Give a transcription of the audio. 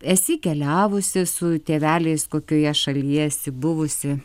esi keliavusi su tėveliais kokioje šalyje esi buvusi